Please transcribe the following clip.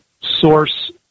source